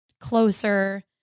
closer